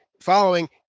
following